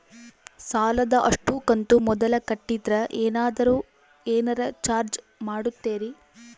ಸಾಲದ ಅಷ್ಟು ಕಂತು ಮೊದಲ ಕಟ್ಟಿದ್ರ ಏನಾದರೂ ಏನರ ಚಾರ್ಜ್ ಮಾಡುತ್ತೇರಿ?